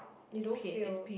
you don't feel